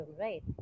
right